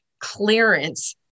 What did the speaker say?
clearance